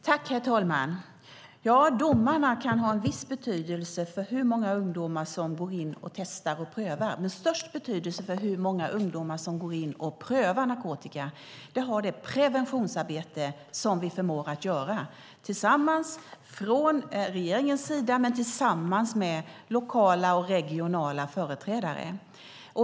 Herr talman! Ja, domarna kan ha en viss betydelse för hur många ungdomar som testar och prövar. Störst betydelse för hur många ungdomar som prövar narkotika har dock det preventionsarbete som vi gör från regeringens sida tillsammans med lokala och regionala företrädare.